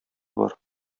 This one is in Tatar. бар